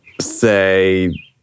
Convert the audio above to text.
say